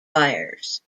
buyers